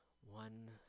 one